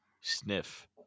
sniff